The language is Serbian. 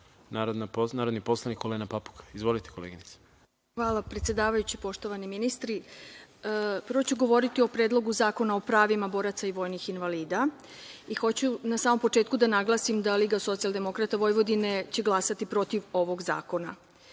narodni poslanik Olena Papuga. Izvolite. **Olena Papuga** Hvala, predsedavajući. Poštovani ministri, prvo ću govoriti o Predlogu zakona o pravima boraca i vojnih invalida i hoću na samom početku da naglasim da Liga socijaldemokrata Vojvodine će glasati protiv ovog zakona. Ne